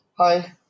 Hi